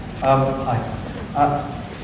Hi